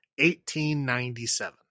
1897